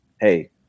Hey